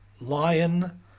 Lion